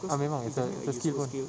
ah memang it's a it's a skill pun